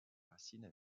racines